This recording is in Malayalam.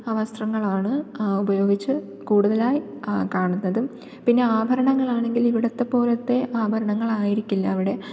വസ്ത്രങ്ങളാണ് ഉപയോഗിച്ച് കൂടുതലായി കാണുന്നതും പിന്നെ ആഭരണങ്ങൾ ആണെങ്കിൽ ഇവിടുത്തെ പോലത്തെ ആഭരണങ്ങൾ ആയിരിക്കില്ല അവിടെ